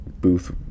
Booth